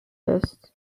artists